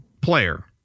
player